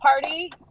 party